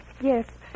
Yes